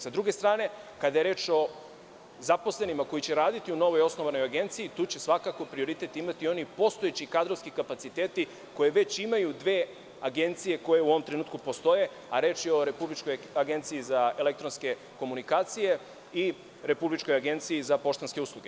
S druge strane, kada je reč o zaposlenima koji će raditi u novoosnovanoj agenciji, tu će svakako prioritet imati onih postojeći kadrovski kapaciteti koje već imaju dve agencije koje u ovom trenutku postoje, a reč je o Republičkoj agenciji za elektronske komunikacije i Republičkoj agenciji za poštanske usluge.